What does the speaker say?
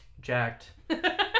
Jacked